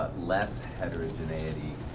less heterogeneity